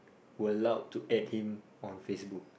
were allowed to add him on facebook